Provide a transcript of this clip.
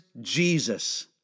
Jesus